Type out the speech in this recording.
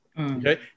Okay